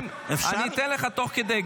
אני אתן לך תוך כדי,